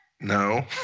No